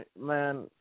man